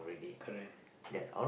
correct